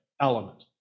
element